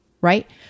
right